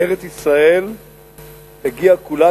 ארץ-ישראל הגיעה כולה,